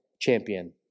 champion